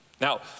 Now